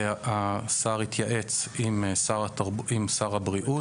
השר התייעץ עם שר הבריאות.